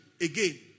again